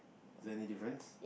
is it any difference